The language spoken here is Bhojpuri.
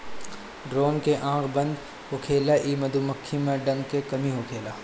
ड्रोन के आँख बड़ होखेला इ मधुमक्खी में डंक के कमी होखेला